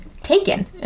taken